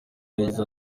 yagize